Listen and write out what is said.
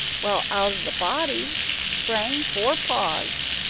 while out of the body sprang four paws,